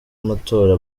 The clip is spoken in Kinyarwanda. amatora